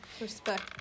Respect